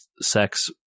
sex